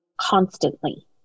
constantly